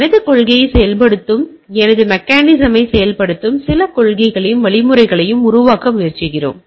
எனது கொள்கையைச் செயல்படுத்தும் எனது மெக்கானிசம் ஐ செயல்படுத்தும் சில கொள்கைகளையும் வழிமுறைகளையும் உருவாக்க முயற்சிக்கிறோம்